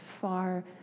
far